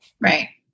Right